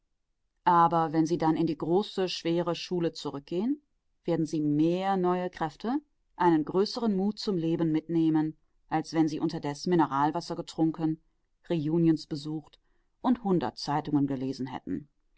aber wenn sie dann in die große schwere schule zurückgehen werden sie mehr neue kräfte einen größeren mut zum leben mitnehmen als wenn sie unterdes mineralwasser getrunken reunions besucht und hundert zeitungen gelesen hätten